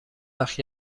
وقت